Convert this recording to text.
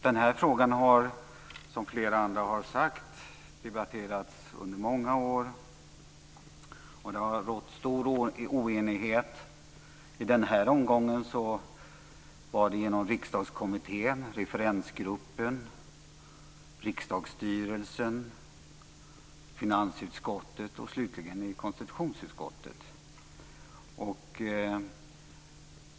Denna fråga har, som flera andra har sagt, debatterats under många år, och det har rått stor oenighet. I den här omgången var det inom Riksdagskommittén, referensgruppen, riksdagsstyrelsen, finansutskottet och slutligen i konstitutionsutskottet.